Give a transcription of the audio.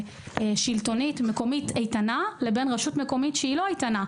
שלטונית איתנה לבין רשות שאינה איתנה ולא כך,